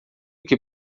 que